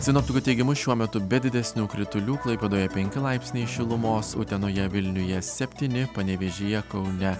sinoptikų teigimu šiuo metu be didesnių kritulių klaipėdoje penki laipsniai šilumos utenoje vilniuje septyni panevėžyje kaune